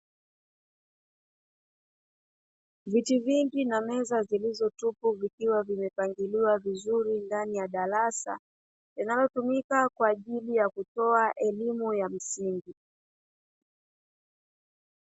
Viti vingi na meza zilizotuu, vikiwa vimepangiliwa ndani ya darasa, linalotumika kwaajili ta kutoa elimu.